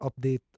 update